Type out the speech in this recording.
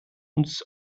uns